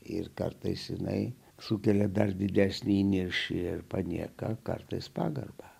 ir kartais jinai sukelia dar didesnį įniršį ir panieka kartais pagarbą